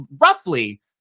roughly